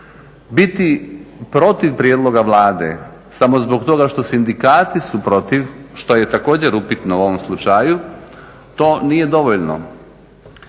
Biti protiv prijedloga Vlade samo zbog toga što sindikati su protiv, što je također upitno u ovom slučaju to nije dovoljno.